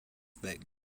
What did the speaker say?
that